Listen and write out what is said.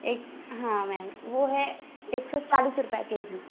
एक हाँ मैम वह है एक सौ चालीस रुपये केजी